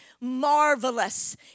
marvelous